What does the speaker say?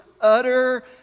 utter